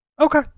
Okay